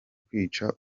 kwica